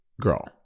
girl